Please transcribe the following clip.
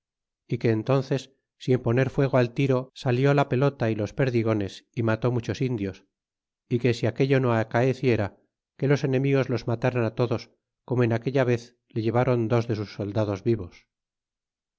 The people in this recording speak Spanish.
é que entnces sin poner fuego al tiro salió la pelota y los perdigones y mató muchos indios y que si aquello no acaeciera que los enemigos los mataran todos como en aquella vez le llevaron dos de sus soldados vivos